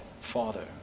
father